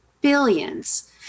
billions